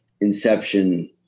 Inception